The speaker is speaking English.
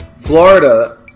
Florida